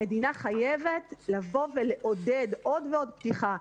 המדינה חייבת לעודד עוד ועוד פתיחה,